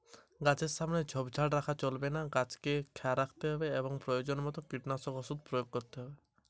আমার গাছকে শঙ্কু জাতীয় পোকার হাত থেকে কিভাবে রক্ষা করব?